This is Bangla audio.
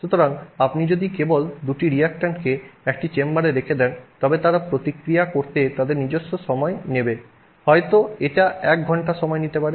সুতরাং আপনি যদি কেবল দুটি রিয়্যাকট্যান্টকে একটি চেম্বারে রেখে দেন তবে তারা প্রতিক্রিয়া করতে তাদের নিজস্ব সময় নিবে হয়তো এটা এক ঘন্টা সময় নিতে পারে